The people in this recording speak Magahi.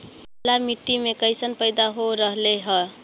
काला मिट्टी मे कैसन पैदा हो रहले है?